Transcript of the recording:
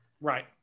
Right